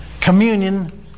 communion